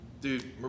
dude